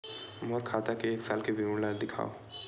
मोर खाता के एक साल के विवरण ल दिखाव?